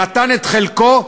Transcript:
נתן את חלקו,